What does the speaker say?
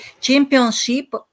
championship